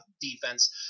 defense